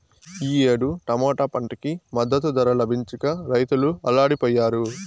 ఈ ఏడు టమాటా పంటకి మద్దతు ధర లభించక రైతులు అల్లాడిపొయ్యారు